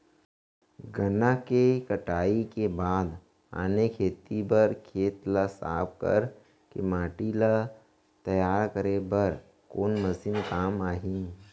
गन्ना के कटाई के बाद आने खेती बर खेत ला साफ कर के माटी ला तैयार करे बर कोन मशीन काम आही?